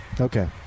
Okay